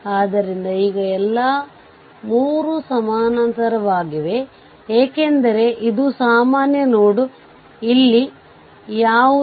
ಆದ್ದರಿಂದ ಈ i0 ಮೌಲ್ಯವು 0